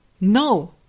No